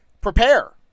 prepare